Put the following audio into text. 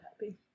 happy